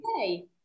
Okay